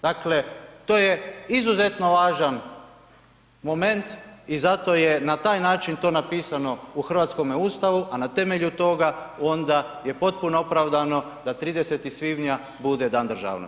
Dakle, to je izuzetno važan moment i zato je na taj način to napisano u hrvatskome Ustavu, a na temelju toga onda je potpuno opravdano da 30. svibnja bude Dan državnosti.